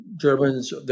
Germans